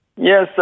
Yes